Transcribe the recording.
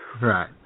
Right